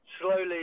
slowly